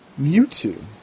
Mewtwo